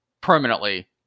permanently